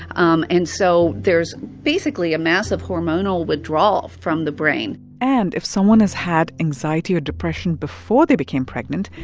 um and so there's, basically, a massive hormonal withdrawal from the brain and if someone has had anxiety or depression before they became pregnant,